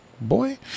boy